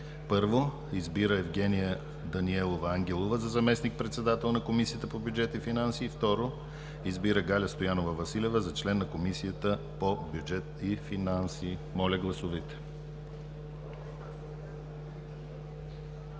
1. Избира Евгения Даниелова Ангелова за заместник-председател на Комисията по бюджет и финанси, и 2. Избира Галя Стоянова Василева за член на Комисията по бюджет и финанси.“ Моля, гласувайте.